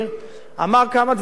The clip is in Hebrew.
הוא דיבר על העניין הפלסטיני,